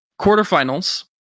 quarterfinals